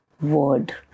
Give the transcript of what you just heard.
word